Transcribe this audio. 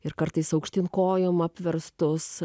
ir kartais aukštyn kojom apverstus